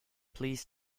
please